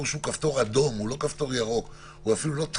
נתחיל ב-15:00 את המשך הדיון.